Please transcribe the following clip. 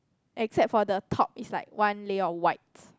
except for the top it's like one layer of whites